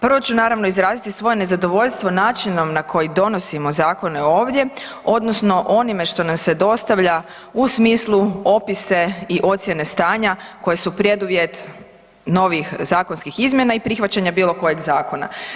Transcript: Prvo ću naravno izraziti svoje nezadovoljstvo načinom na koji donosimo zakone ovdje odnosno onime što nam se dostavlja u smislu opise i ocjene stanja koje su preduvjet novih zakonskih izmjena i prihvaćanja bilo kojeg zakona.